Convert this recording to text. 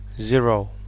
zero